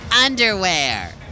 underwear